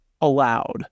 allowed